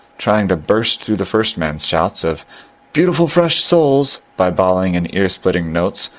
tr ang to burst through the first man's shouts of beautiful fresh soles by bawling, in ear splitting notes,